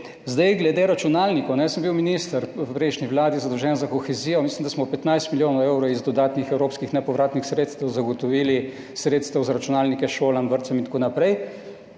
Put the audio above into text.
Zdaj, glede računalnikov. Jaz sem bil minister v prejšnji vladi zadolžen za kohezijo, mislim, da smo 15 milijonov evrov iz dodatnih evropskih nepovratnih sredstev zagotovili sredstev za računalnike šolam, vrtcem in tako naprej.